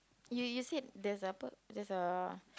you you said there's apa there's a